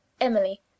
emily